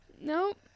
Nope